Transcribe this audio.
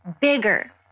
bigger